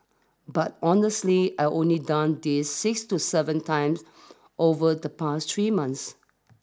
but honestly I only done this six to seven times over the past three months